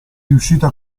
riuscita